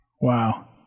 Wow